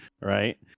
right